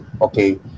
okay